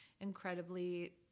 incredibly